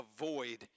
avoid